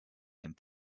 and